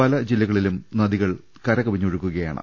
പല ജില്ലകളിലും നദികൾ കരകവിഞ്ഞൊഴു കുകയാണ്